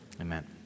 Amen